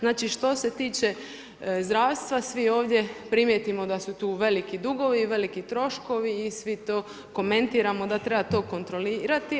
Znači, što se tiče zdravstva, svi ovdje primijetimo da su tu veliki dugovi i veliki troškovi i svi to komentiramo da treba to kontrolirati.